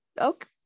okay